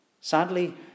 Sadly